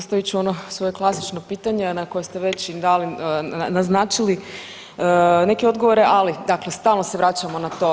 Postavit ću ono svoje klasično pitanje, a na koje ste već i dali, naznačili neke odgovore, ali dakle stalno se vraćamo na to.